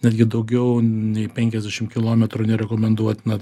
netgi daugiau nei penkiasdešimt kilometrų nerekomenduotina